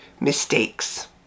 mistakes